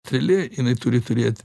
trėlė jinai turi turėt